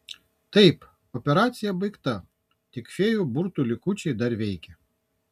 taip operacija baigta tik fėjų burtų likučiai dar veikia